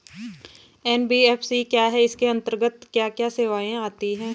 NBFC क्या है इसके अंतर्गत क्या क्या सेवाएँ आती हैं?